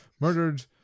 murdered